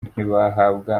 ntibahabwa